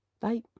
Bye